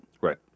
Right